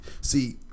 See